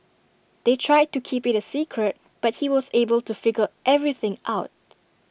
they tried to keep IT A secret but he was able to figure everything out